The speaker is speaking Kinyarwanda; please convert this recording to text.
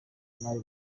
imari